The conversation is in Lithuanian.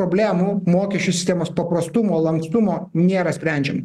konceptualių problemų mokesčių sistemos paprastumo lankstumo nėra sprendžiami